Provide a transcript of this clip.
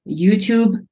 YouTube